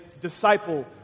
disciple